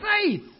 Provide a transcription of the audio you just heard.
faith